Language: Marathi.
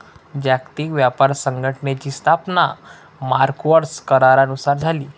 जागतिक व्यापार संघटनेची स्थापना मार्क्वेस करारानुसार झाली